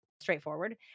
straightforward